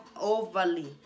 overly